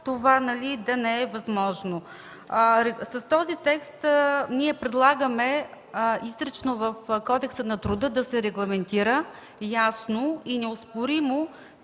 това да не е възможно? С този текст ние предлагаме изрично в Кодекса на труда да се регламентира ясно и неоспоримо,